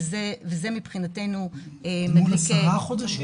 וזה מבחינתנו --- זה מול 10 חודשים?